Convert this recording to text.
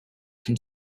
can